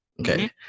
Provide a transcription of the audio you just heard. okay